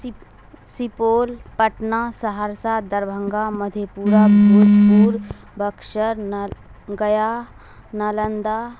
Supaul Patna Saharsa Darbhanga Madhepura بزپور بکشر ن گیا نالندہ